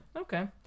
Okay